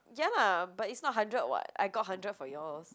ya but it's not hundred [what] I got hundred for yours